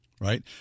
Right